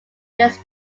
this